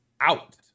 out